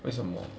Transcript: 为什么